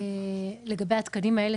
לגבי התקנים האלה?